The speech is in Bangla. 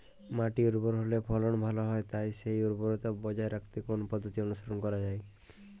মাটি উর্বর হলে ফলন ভালো হয় তাই সেই উর্বরতা বজায় রাখতে কোন পদ্ধতি অনুসরণ করা যায়?